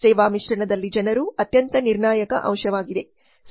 ಸೇವಾ ಮಿಶ್ರಣದಲ್ಲಿ ಜನರು ಅತ್ಯಂತ ನಿರ್ಣಾಯಕ ಅಂಶವಾಗಿದೆ